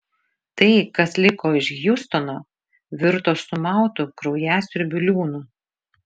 tai kas liko iš hjustono virto sumautu kraujasiurbių liūnu